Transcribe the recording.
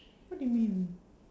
what do you mean